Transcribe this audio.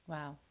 Wow